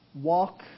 walk